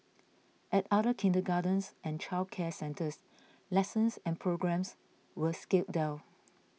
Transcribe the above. at other kindergartens and childcare centres lessons and programmes were scaled down